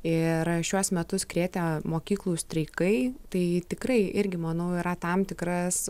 ir šiuos metus krėtė mokyklų streikai tai tikrai irgi manau yra tam tikras